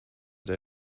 der